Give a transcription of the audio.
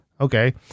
Okay